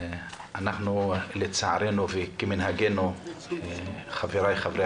לצערנו וכמנהגנו, חבריי חברי